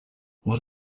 what